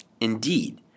Indeed